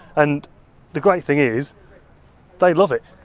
and the great thing is they love it.